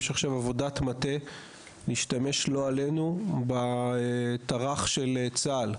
ויש עכשיו עבודת מטה להשתמש לא עלינו בתר"ח של צה"ל,